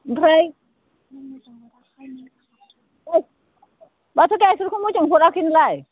ओमफ्राय माथो गाइखेरखौ मोजां हराखै नोंलाय